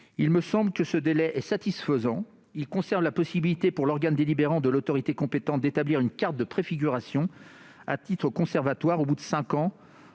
Il me semble que ce délai est satisfaisant ; il conserve la possibilité pour l'organe délibérant de l'autorité compétente d'établir une carte de préfiguration à titre conservatoire au bout de cinq ans